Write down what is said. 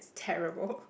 it's terrible